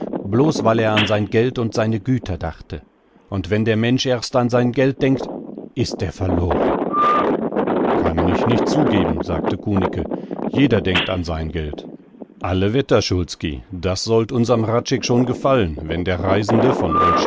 bloß weil er an sein geld und seine güter dachte und wenn der mensch erst an sein geld denkt ist er verloren kann ich nicht zugeben sagte kunicke jeder denkt an sein geld alle wetter szulski das sollt unsrem hradscheck schon gefallen wenn der reisende von